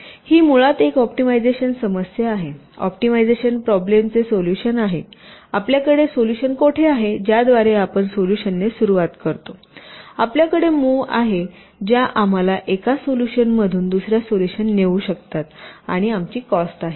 तर ही मुळात एक ऑप्टिमायझेशन समस्या आहे ऑप्टिमायझेशन प्रॉब्लेमचे सोल्युशन आहे आपल्याकडे सोल्यूशन कोठे आहे ज्याद्वारे आपण सोल्युशनने सुरुवात करतो आपल्याकडे मूव्ह आहे ज्या आम्हाला एका सोल्यूशनतून दुसर्या सोल्यूशन नेऊ शकतात आणि आमची कॉस्ट आहे